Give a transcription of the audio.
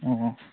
अ